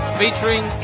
featuring